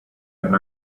and